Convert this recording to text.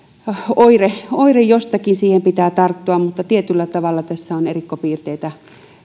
on oire jostakin ja siihen pitää tarttua mutta tietyllä tavalla tässä on erikoispiirteitä